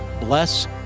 Bless